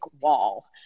wall